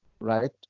right